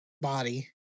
body